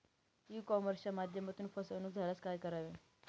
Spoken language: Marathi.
ई कॉमर्सच्या माध्यमातून फसवणूक झाल्यास काय करावे?